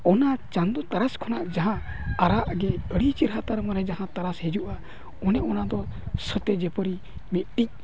ᱚᱱᱟ ᱪᱟᱸᱫᱳ ᱛᱟᱨᱟᱥ ᱠᱷᱚᱱᱟᱜ ᱡᱟᱦᱟᱸ ᱟᱨᱟᱜ ᱜᱮ ᱟᱹᱰᱤ ᱪᱮᱦᱨᱟ ᱛᱟᱨᱢᱟᱱᱮ ᱡᱟᱦᱟᱸ ᱛᱟᱨᱟᱥ ᱦᱤᱡᱩᱜᱼᱟ ᱚᱱᱮ ᱚᱱᱟ ᱫᱚ ᱥᱟᱛᱮ ᱡᱟᱹᱯᱟᱹᱨᱤ ᱢᱤᱫᱴᱤᱡ